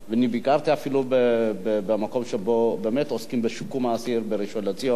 אני ביקרתי אפילו במקום שבאמת עוסקים בו בשיקום האסיר בראשון-לציון,